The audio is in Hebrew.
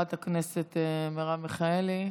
חברת הכנסת מרב מיכאלי,